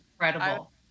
incredible